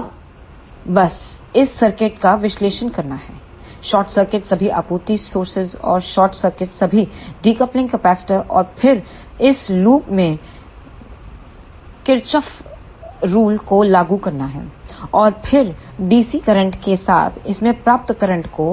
अब बस इस सर्किट का विश्लेषण करना है शॉर्ट सर्किट सभी आपूर्ति स्रोतों और शॉर्ट सर्किट सभी डीकपलिंग कैपेसिटरऔर फिर इस लूप में किरचॉफरूल को लागू करना है और फिर डीसी करंट के साथ इसमें प्राप्त करंट को